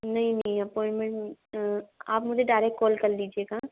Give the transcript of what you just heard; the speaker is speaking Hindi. नहीं नहीं अप्वांइटमेंट आप मुझे डायरेक्ट कॉल कर लीजिएगा